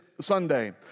Sunday